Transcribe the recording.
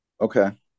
Okay